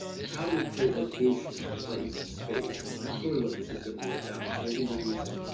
how do we create location in place and space and that's really what this is going to be about. so we'll be introducing,